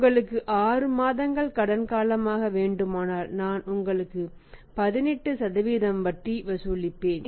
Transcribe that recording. உங்களுக்கு 6 மாதங்கள் கடன் காலமாக வேண்டுமானால் நான் உங்களுக்கு 18 வட்டி வசூலிப்பேன்